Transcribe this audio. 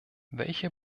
welche